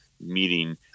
meeting